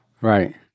Right